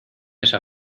esa